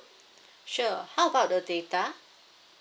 sure how about the data